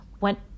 went